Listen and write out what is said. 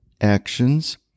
Actions